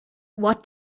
what